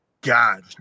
God